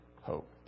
hope